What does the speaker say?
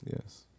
Yes